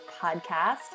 podcast